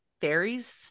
fairies